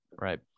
right